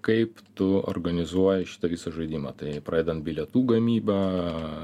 kaip tu organizuoji šitą visą žaidimą tai pradedant bilietų gamyba